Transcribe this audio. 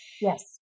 Yes